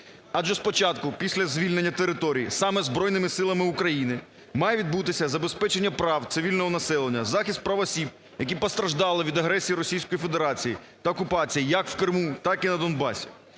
Адже спочатку після звільнення територій саме Збройними Силами України має відбутися забезпечення прав цивільного населення, захист прав осіб, які постраждали від агресії Російської Федерації та окупації як у Криму, так і на Донбасі.